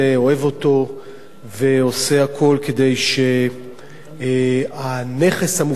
אוהב אותו ועושה הכול כדי שהנכס המופלא